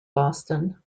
boston